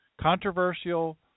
Controversial